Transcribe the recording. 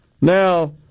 Now